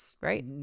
right